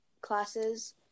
classes